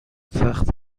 تخت